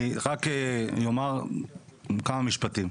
אני רק אומר כמה משפטים.